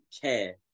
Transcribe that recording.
care